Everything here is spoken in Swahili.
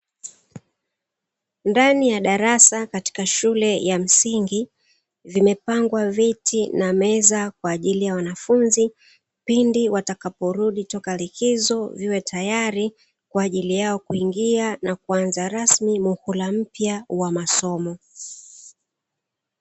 Ndani ya darasa katika shule ya msingi zimepangwa viti na meza kwa ajili ya wanafunzi, kipindi watakaporudi kutoka likizo viwe tayari kwa ajili ya kuingia na kuanza rasmi muhula mpya wa masomo.